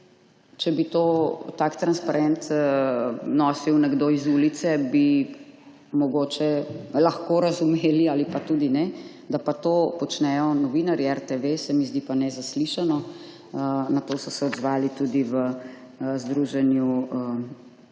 če bi tak transparent nosil nekdo iz ulice, bi mogoče lahko razumeli ali pa tudi ne, da pa to počnejo novinarji RTV, se mi zdi pa nezaslišano. Na to so se odzvali tudi v združenju